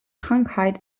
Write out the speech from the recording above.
krankheit